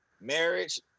marriage